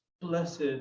blessed